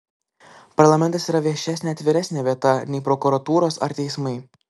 parlamentas yra viešesnė atviresnė vieta nei prokuratūros ar teismai